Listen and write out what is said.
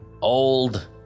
Old